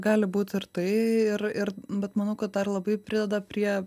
gali būt ir tai ir ir bet manau kad dar labai prideda prie